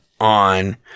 on